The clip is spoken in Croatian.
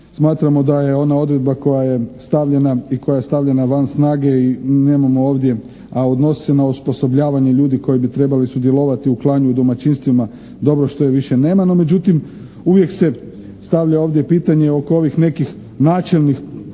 koja je stavljena i koja je stavljena van snage i nemamo ovdje, a odnosi se na osposobljavanje ljudi koji bi trebali sudjelovati u klanju i domaćinstava, dobro je što je više nema, no međutim uvijek se stavlja ovdje pitanje oko ovih nekih načelnih odredbi